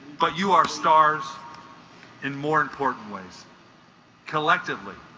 but you are stars in more important ways collectively